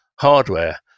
hardware